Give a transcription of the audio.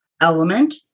element